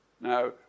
Now